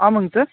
ஆமாங்க சார்